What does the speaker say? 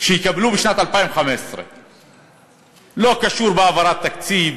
בשנת 2015. זה לא קשור בהעברת תקציב,